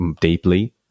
deeply